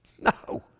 No